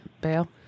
Bail